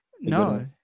No